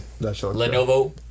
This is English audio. Lenovo